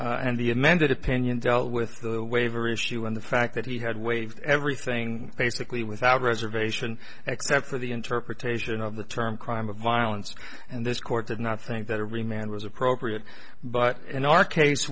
amended opinion dealt with the waiver issue and the fact that he had waived everything basically without reservation except for the interpretation of the term crime of violence and this court did not think that every man was appropriate but in our case